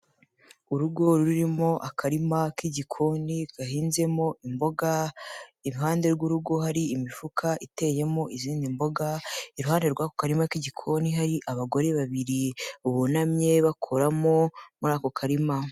Urugo rurimo akarima k'igikoni gahinzemo imboga, iruhande rw'urugo hari imifuka iteyemo izindi mboga; iruhande rw'ako karima k'igikoni, hari abagore babiri bunamye, bakoramo muri ako karima.